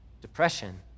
depression